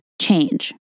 change